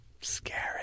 Scary